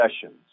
sessions